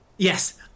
Yes